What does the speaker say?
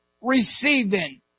receiving